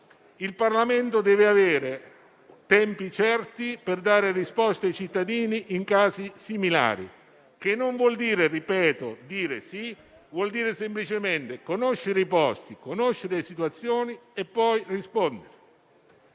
il Parlamento deve avere tempi certi per dare risposte ai cittadini in casi similari, il che non significa che deve dire sì, ma semplicemente conoscere i posti e le situazioni e poi rispondere.